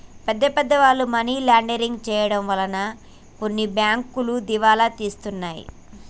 పెద్ద పెద్ద వాళ్ళు మనీ లాండరింగ్ చేయడం వలన కొన్ని బ్యాంకులు దివాలా తీశాయి